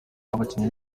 abakinnyi